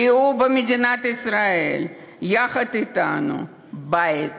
ראו במדינת ישראל יחד אתנו בית,